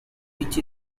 which